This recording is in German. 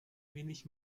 wenig